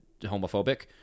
homophobic